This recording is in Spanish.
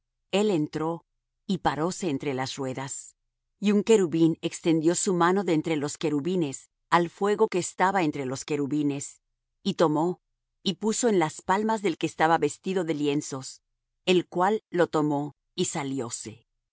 él entró y paróse entre las ruedas y un querubín extendió su mano de entre los querubines al fuego que estaba entre los querubines y tomó y puso en las palmas del que estaba vestido de lienzos el cual lo tomó y salióse y